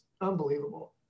unbelievable